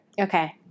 Okay